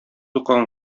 укыган